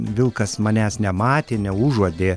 vilkas manęs nematė neužuodė